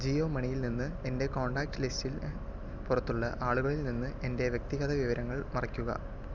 ജിയോ മണിൽ നിന്ന് എൻ്റെ കോൺടാക്റ്റ് ലിസ്റ്റിന് പുറത്തുള്ള ആളുകളിൽ നിന്ന് എൻ്റെ വ്യക്തിഗത വിവരങ്ങൾ മറയ്ക്കുക